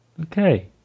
Okay